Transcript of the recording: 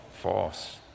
False